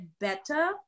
better